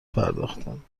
پرداختند